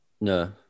no